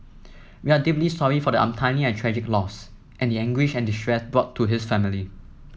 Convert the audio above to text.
we are deeply sorry for the untimely and tragic loss and the anguish and distress brought to his family